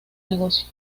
negocio